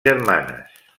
germanes